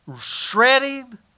Shredding